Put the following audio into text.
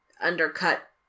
undercut